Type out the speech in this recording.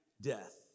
death